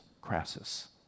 Crassus